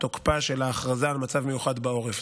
תוקפה של ההכרזה על מצב מיוחד בעורף.